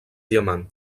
diamant